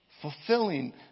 Fulfilling